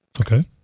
Okay